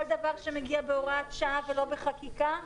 כל דבר שמגיע בהוראת שעה ולא בחקיקה,